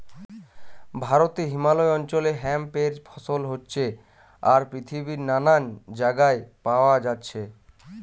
ভারতে হিমালয় অঞ্চলে হেম্প এর ফসল হচ্ছে আর পৃথিবীর নানান জাগায় পায়া যাচ্ছে